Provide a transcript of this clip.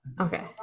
okay